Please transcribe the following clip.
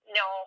no